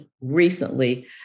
recently